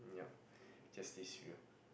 just these few